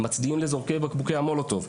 מצדיעים לזורקי בקבוקי המולוטוב.